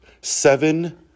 Seven